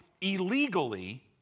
illegally